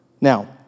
Now